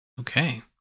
Okay